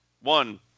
one